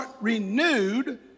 renewed